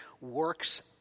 works